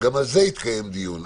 גם על זה התקיים דיון.